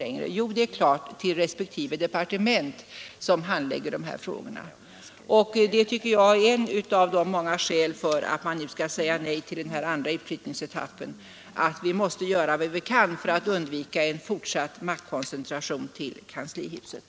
Det är klart att de vänder sig till respektive departement. Det anser jag vara ett av många skäl till att vi skall säga nej till en andra utflyttningsetapp. Vi måste göra vad vi kan för att undvika en fortsatt maktkoncentration till kanslihuset.